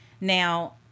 Now